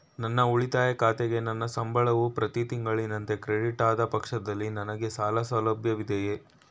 ನನ್ನ ಉಳಿತಾಯ ಖಾತೆಗೆ ನನ್ನ ಸಂಬಳವು ಪ್ರತಿ ತಿಂಗಳಿನಂತೆ ಕ್ರೆಡಿಟ್ ಆದ ಪಕ್ಷದಲ್ಲಿ ನನಗೆ ಸಾಲ ಸೌಲಭ್ಯವಿದೆಯೇ?